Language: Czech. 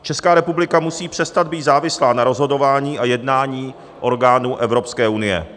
Česká republika musí přestat být závislá na rozhodování a jednání orgánů Evropské unie.